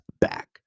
back